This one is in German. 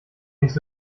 nicht